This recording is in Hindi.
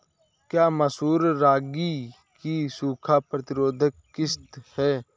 क्या मसूर रागी की सूखा प्रतिरोध किश्त है?